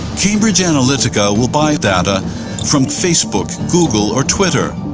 cambrige analytica will buy data from facebook, google, or twitter.